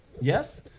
yes